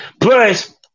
Plus